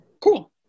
Cool